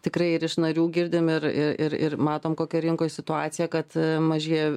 tikrai ir iš narių girdim ir ir ir matom kokia rinkoj situacija kad mažėja